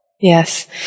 Yes